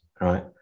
right